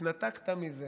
שמכרת והתנתקת מזה